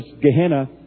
Gehenna